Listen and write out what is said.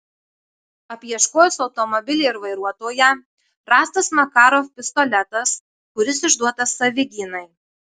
apieškojus automobilį ir vairuotoją rastas makarov pistoletas kuris išduotas savigynai